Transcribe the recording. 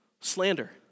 slander